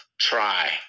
try